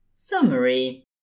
Summary